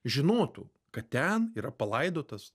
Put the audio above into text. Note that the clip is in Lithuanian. žinotų kad ten yra palaidotas